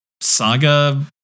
saga